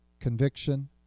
conviction